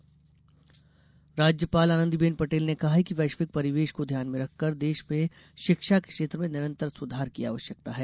राज्यपाल राज्यपाल आनंदीबेन पटेल ने कहा है कि वैश्विक परिवेश को ध्यान में रखकर देश में शिक्षा के क्षेत्र में निरतर सुधार की आवश्यकता है